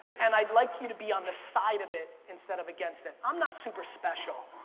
and i'd like you to be on the side of it instead of against it. i'm not super special.